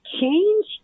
change